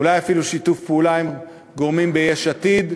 אולי אפילו שיתוף פעולה עם גורמים ביש עתיד,